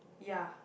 ya